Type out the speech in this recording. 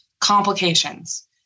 complications